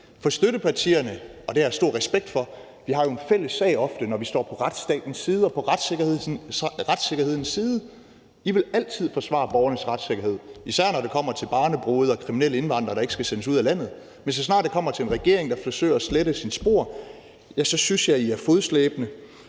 For støttepartierne, og det har jeg stor respekt for, har jo ofte en fælles sag, når vi står på retsstatens side og på retssikkerhedens side. Vi vil altid forsvare borgernes retssikkerhed, især når det kommer til barnebrude og kriminelle indvandrere, der ikke skal sendes ud af landet, men så snart det kommer til en regering, der forsøger at slette sine spor, ja, så synes jeg, I er fodslæbende.